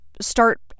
start